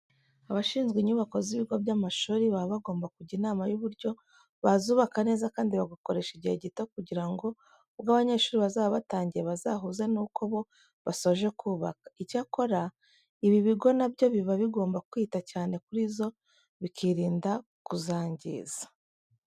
Abashinzwe inyubako z'ibigo by'amashuri, baba bagomba kujya inama y'uburyo bazubaka neza kandi bagakoresha igihe gito kugira ngo ubwo abanyeshuri bazaba batangiye bazahuze nuko bo basoje kubaka. Icyakora, ibi bigo na byo biba bigomba kwita cyane kuri zo bikirinda kuzangiza.